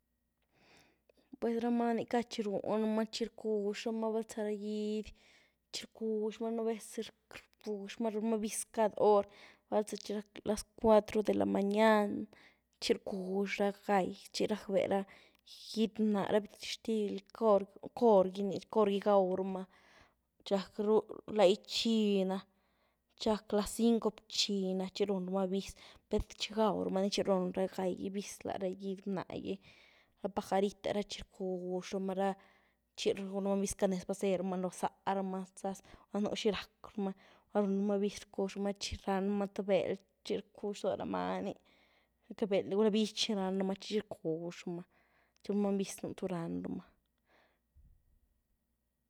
Puez ra maní cad chi rúnramaa, chi rcuzhramaa bal zara gyíedy, chi rcuizhmaa nubéz chi rcuzhmaa runmaa bizy cad hor, bal za chi rac' las cuatro de la manyán, chi rcuzh ra gái, rac' bera gyíedy mna, ra bizhtilly cor gí gauramaa, chi rac' rul laizhí na, chi rac' laz cinco bzhí na, chi rúnramaa bizy pad chi gauramaa chi run ra gái gí bizy lara gyíedy mna gí. Ra pajarit'e chi rcuzhramaa ra, chi rúnramaa bizy canéz bazerumaa loóh záahramaa, gula nú xirac' ramaa, rúnramaa bizy chi rcuzhramaa chi ranmaa tïé beld chi rcuzh ztò ra manyní beld gula bích chi rcuzhramaa, chi runmaa bizy tu ranramaa.